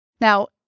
Now